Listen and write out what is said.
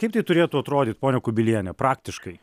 kaip tai turėtų atrodyt ponia kubiliene praktiškai